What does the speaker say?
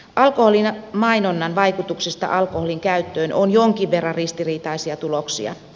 alkoholin mainonnan vaikutuksesta alkoholinkäyttöön on jonkin verran ristiriitaisia tuloksia